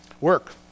Work